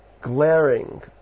glaring